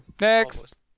next